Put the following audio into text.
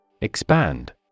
Expand